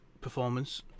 performance